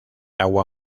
agua